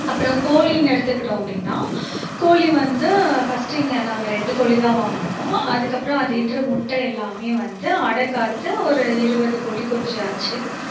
அப்புறம் கோழினு எடுத்துக்கிட்டோம் அப்படினா கோழி வந்து ஃபர்ஸ்ட்டு இங்கே நாங்கள் ரெண்டு கோழி தான் வாங்கினோம் அதுக்கப்புறம் அது இடுற முட்டை எல்லாமே வந்து அடை காத்து ஒரு இருபது கோழி குஞ்சு ஆச்சு